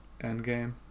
Endgame